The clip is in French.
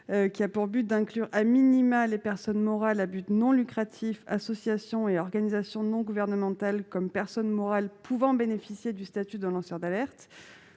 vise à reconnaître les personnes morales à but non lucratif, associations et organisations non gouvernementales, comme personnes morales pouvant bénéficier du statut de lanceur d'alerte.